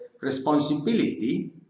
responsibility